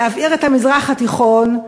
להבעיר את המזרח התיכון,